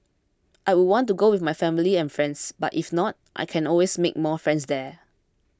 I would want to go with my family and friends but if not I can always make more friends there